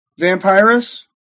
vampirus